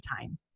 time